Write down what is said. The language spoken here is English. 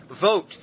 Vote